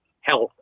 health